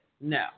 No